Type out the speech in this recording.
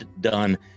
done